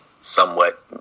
somewhat